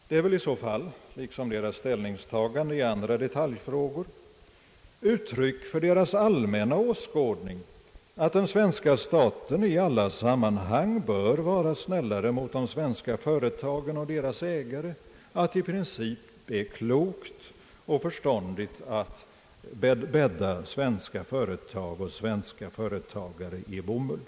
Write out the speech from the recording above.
Det är väl i så fall liksom de borgerligas ställningstagan den i andra detaljfrågor uttryck för deras allmänna åskådning, att den svenska staten i alla sammanhang bör vara snällare mot de svenska företagen och deras ägare, att det i princip är klokt och förståndigt att bädda svenska företag och svenska företagare i bomull.